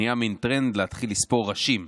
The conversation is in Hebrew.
נהיה מן טרנד להתחיל לספור ראשים.